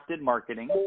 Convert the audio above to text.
marketing